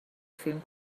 فیلم